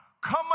Come